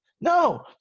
No